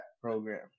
program